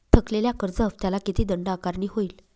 थकलेल्या कर्ज हफ्त्याला किती दंड आकारणी होईल?